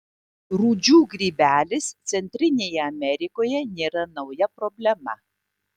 rūdžių grybelis centrinėje amerikoje nėra nauja problema